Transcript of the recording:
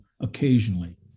occasionally